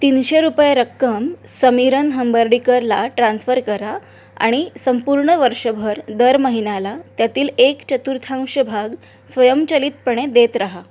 तीनशे रुपये रक्कम समीरन हंबर्डीकरला ट्रान्स्फर करा आणि संपूर्ण वर्षभर दर महिन्याला त्यातील एक चतुर्थांश भाग स्वयंचलितपणे देत राहा